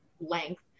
length